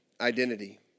identity